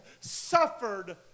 suffered